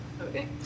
Okay